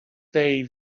day